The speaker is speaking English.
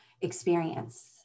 experience